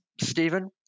Stephen